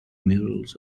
murals